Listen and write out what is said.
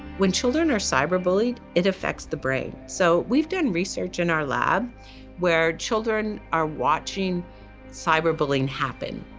when children are cyber bullied, it affects the brain. so, we've done research in our lab where children are watching cyberbullying happen.